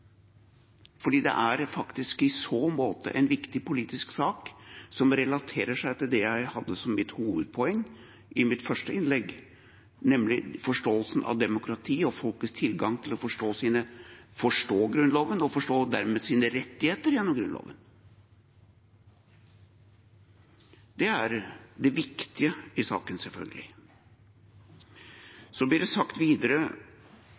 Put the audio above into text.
det er faktisk i så måte en viktig politisk sak som relaterer seg til det jeg hadde som hovedpoeng i mitt første innlegg, nemlig forståelsen av demokrati og folkets tilgang til å forstå Grunnloven, og dermed forstå sine rettigheter gjennom Grunnloven. Det er det viktige i saken, selvfølgelig. Så blir det sagt videre,